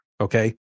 Okay